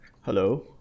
Hello